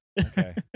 Okay